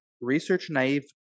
research-naive